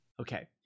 Okay